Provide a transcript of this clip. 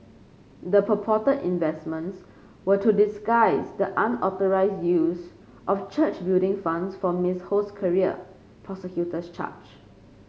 the purported investments were to disguise the unauthorised use of church Building Funds for Miss Ho's career prosecutors charge